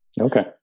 Okay